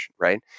right